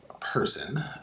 person